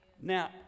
Now